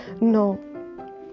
No